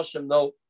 No